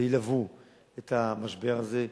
וילוו את המשבר הזה,